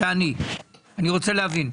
תעני, אני רוצה להבין.